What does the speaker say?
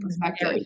perspective